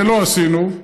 ולא עשינו,